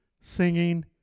singing